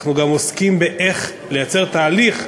אנחנו גם עוסקים באיך לייצר תהליך,